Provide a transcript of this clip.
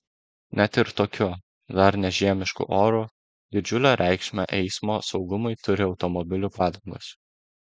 net ir tokiu dar ne žiemišku oru didžiulę reikšmę eismo saugumui turi automobilių padangos